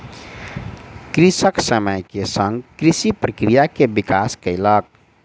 कृषक समय के संग कृषि प्रक्रिया के विकास कयलक